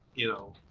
you know,